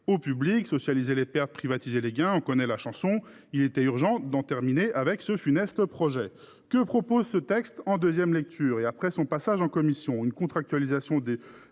au public. Socialiser les pertes, privatiser les gains : on connaît la chanson… Il était urgent d’en finir avec ce funeste projet. Que prévoit ce texte en seconde lecture et après son passage en commission au Sénat ? Une contractualisation des